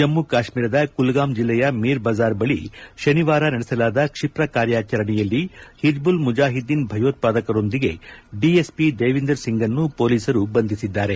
ಜಮ್ನು ಕಾಶ್ನೀರದ ಕುಲಗಾಂ ಜಿಲ್ಲೆಯ ಮಿರ್ ಬಜಾರ್ ಬಳಿ ಶನಿವಾರ ನಡೆಸಲಾದ ಕ್ಷಿಪ್ರ ಕಾರ್ಯಚರಣೆಯಲ್ಲಿ ಹಿಜ್ಬುಲ್ ಮುಜಾಹಿದ್ನೀನ್ ಭಯೋತ್ವಾದಕರೊಂದಿಗೆ ಡಿಎಸ್ಪಿ ದೇವಿಂದರ್ ಸಿಂಗ್ನ್ನು ಪೊಲೀಸರು ಬಂಧಿಸಿದ್ದಾರೆ